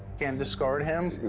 can't discard him.